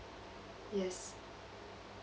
yes